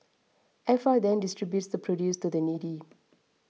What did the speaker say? F R then distributes the produce to the needy